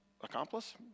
accomplice